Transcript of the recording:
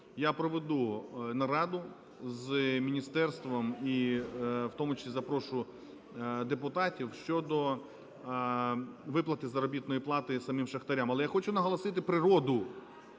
я проведу нараду з міністерством і в тому числі запрошу депутатів щодо виплати заробітної плати самим шахтарям. Але я хочу наголосити природу